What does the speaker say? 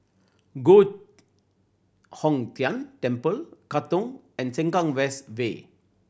Giok Hong Tian Temple Katong and Sengkang West Way